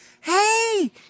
hey